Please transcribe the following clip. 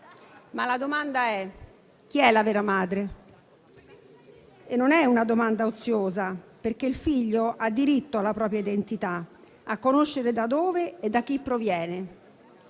Ma la domanda è: chi è la vera madre? E non è una domanda oziosa, perché il figlio ha diritto alla propria identità, a conoscere da dove e da chi proviene.